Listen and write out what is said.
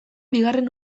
bigarren